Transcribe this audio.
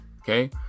okay